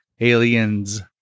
Aliens